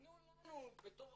תנו לנו בתור